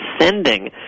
sending